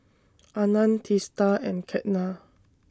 Anand Teesta and Ketna